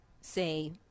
say